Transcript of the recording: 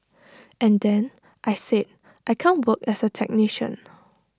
and then I said I can't work as A technician